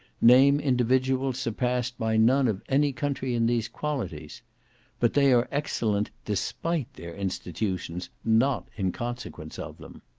name individuals surpassed by none of any country in these qualities but they are excellent, despite their institutions, not in consequence of them.